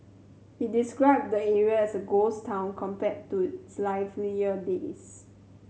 he described the area as a ghost town compared to its livelier days